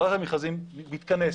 ועדת המכרזים מתכנסת.